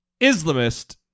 Islamist